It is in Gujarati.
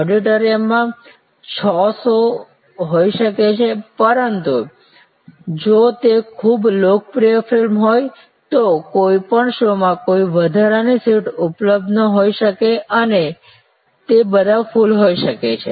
ઓડિટોરિયમ માં છ શો હોઈ શકે છે પરંતુ જો તે ખૂબ જ લોકપ્રિય ફિલ્મ હોય તો કોઈ પણ શૉમાં કોઈ વધારાની સીટ ઉપલબ્ધ ન હોઈ શકે અને તે બધા ફુલ હોઈ શકે છે